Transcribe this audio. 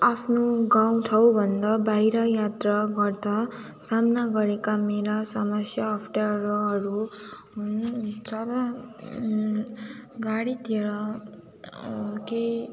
आफ्नो गाउँ ठाउँभन्दा बाहिर यात्रा गर्दा सामना गरेका मेरा समस्या अप्ठ्याराहरू हुन् जब गाडीतिर केही